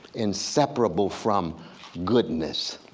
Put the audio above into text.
inseparable from goodness,